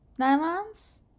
Nylons